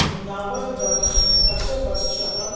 नवदश दशवर्षः